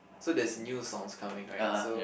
so there's new songs coming right so